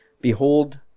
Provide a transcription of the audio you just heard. Behold